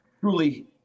truly